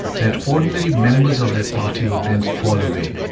that ordinary members of that party would then fall away,